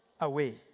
away